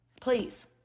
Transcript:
please